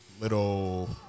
Little